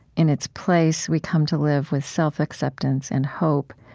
in its place, we come to live with self-acceptance and hope,